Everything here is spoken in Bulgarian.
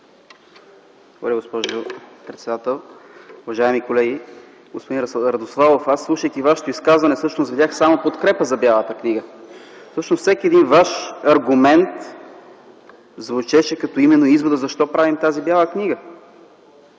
Благодаря, госпожо председател. Уважаеми колеги! Господин Радославов, аз слушах Вашето изказване и видях само подкрепа за Бялата книга. Всъщност всеки един Ваш аргумент звучеше именно като извод защо правим тази Бяла книга.